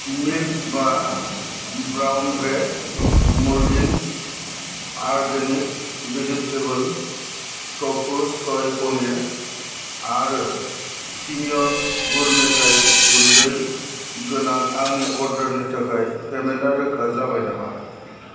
milk मा brown bread मुरगिन्स organic vegetable tofu soy paneer आरो टिमियस गुर मेथाइ गुन्दै गोनां आंनि अर्डारनि थाखाय पेमेन्टा रोखा जाबाय नामा